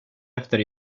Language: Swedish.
efter